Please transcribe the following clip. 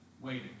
waiting